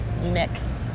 mix